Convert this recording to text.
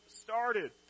started